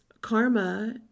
karma